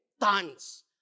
Tons